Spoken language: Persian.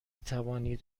توانید